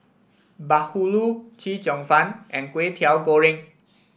Bahulu Chee Cheong Fun and Kway Teow Goreng